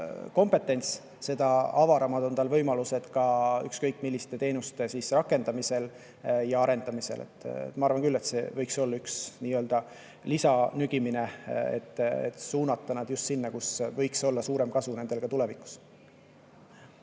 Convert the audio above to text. IT-kompetents, seda avaramad on tema võimalused ükskõik milliste teenuste rakendamisel ja arendamisel. Ma arvan küll, et see võiks olla üks nii-öelda lisanügimine, et suunata nad just sinna, kus võiks olla suurem kasu nendele ka tulevikus.